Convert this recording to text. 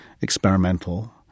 experimental